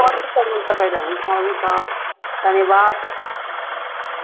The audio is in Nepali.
पछिसम्म त गएर हुन्छ हुन्छ धन्यवाद